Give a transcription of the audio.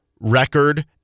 record